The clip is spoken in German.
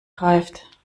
greift